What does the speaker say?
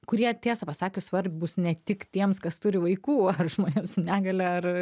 kurie tiesą pasakius svarbūs ne tik tiems kas turi vaikų ar žmonėms su negalia ar